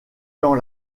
dans